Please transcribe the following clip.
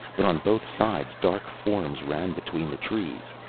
but on both sides dark forms ran between the trees.